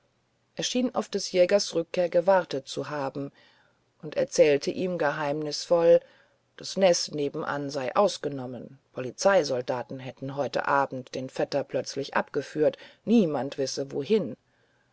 schien auf des jägers rückkehr gewartet zu haben und erzählte ihm geheimnisvoll das nest nebenan sei ausgenommen polizeisoldaten hätten heute abend den vetter plötzlich abgeführt niemand wisse wohin